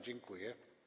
Dziękuję.